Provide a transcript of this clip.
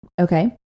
Okay